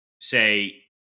say